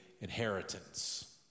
inheritance